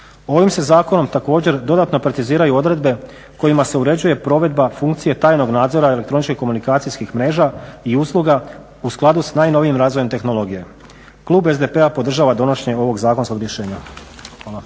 Ovim se zakonom također dodatno preciziraju odredbe kojima se uređuje provedba funkcije tajnog nadzora elektroničkih komunikacijskih mreža i usluga u skladu sa najnovijim razvojem tehnologije. Klub SDP-a podržava donošenje ovog zakonskog rješenja.